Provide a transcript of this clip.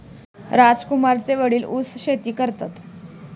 राजकुमारचे वडील ऊस शेती करतात